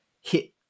hit